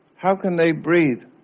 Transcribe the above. how can they breathe?